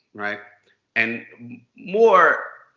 and more,